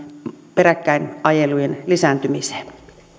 peräkkäin ajelujen lisääntymiseen